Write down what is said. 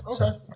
Okay